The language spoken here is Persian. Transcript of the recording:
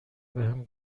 بهم